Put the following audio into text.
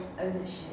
ownership